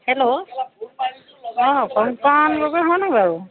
hello অ কংকন গগৈ হয়নে বাৰু